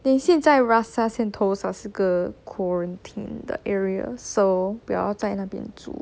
then 现在 rasa sentosa 是个 quarantine the area so 不要在那边住